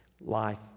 life